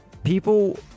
People